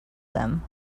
them